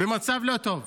במצב לא טוב.